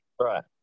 right